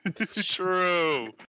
true